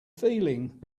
feeling